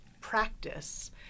practice